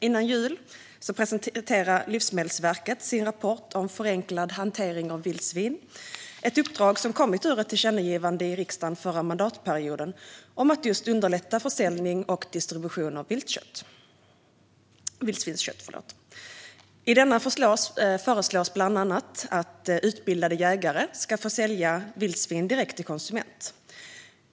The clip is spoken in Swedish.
Före jul presenterade Livsmedelsverket sin rapport om en förenklad hantering av vildsvin, ett uppdrag som kommit ur ett tillkännagivande i riksdagen förra mandatperioden om att just underlätta försäljning och distribution av vildsvinskött. I rapporten föreslås bland annat att utbildade jägare ska få sälja vildsvinskött direkt till konsument.